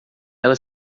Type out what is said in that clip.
ela